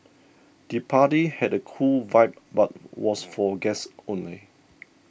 the party had a cool vibe but was for guests only